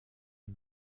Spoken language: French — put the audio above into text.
est